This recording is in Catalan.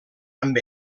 amb